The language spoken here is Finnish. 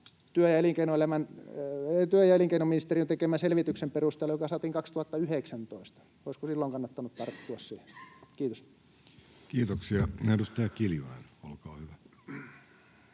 työ- ja elinkeinoministe-riön tekemän selvityksen perusteella, joka saatiin 2019. Olisiko silloin kannattanut tarttua siihen? — Kiitos. [Speech 126] Speaker: